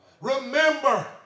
Remember